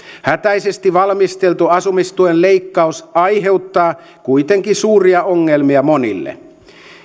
hätäisesti valmisteltu asumistuen leikkaus aiheuttaa kuitenkin suuria ongelmia monille